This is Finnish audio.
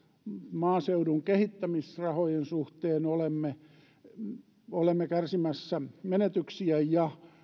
maaseudun kehittämisrahojen suhteen olemme kärsimässä menetyksiä ja